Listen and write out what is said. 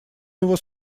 него